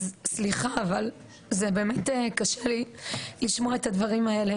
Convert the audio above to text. אז סליחה אבל זה באמת קשה לי לשמוע את הדברים האלה